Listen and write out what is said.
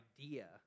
idea